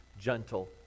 gentle